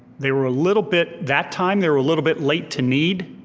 they were a little bit, that time, they were a little bit late to need.